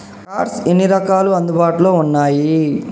Cards ఎన్ని రకాలు అందుబాటులో ఉన్నయి?